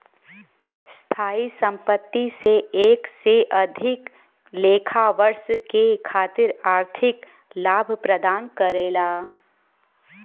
स्थायी संपत्ति से एक से अधिक लेखा वर्ष के खातिर आर्थिक लाभ प्रदान करला